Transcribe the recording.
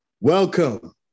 Welcome